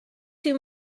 too